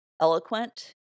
eloquent